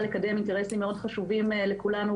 לקדם אינטרסים מאוד חשובים לכולנו,